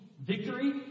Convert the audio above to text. victory